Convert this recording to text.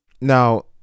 Now